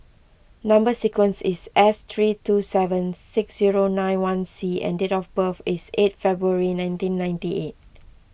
Number Sequence is S three two seven six zero nine one C and date of birth is eight February nineteen ninety eight